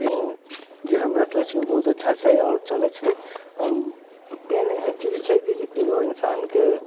PAN जे हम रखले छी ओ बहुत अच्छा छै आओर चलै छै पेन एहन चीज छै कि जे एगो इन्सानके